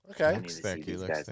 Okay